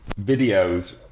videos